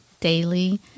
daily